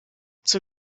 zur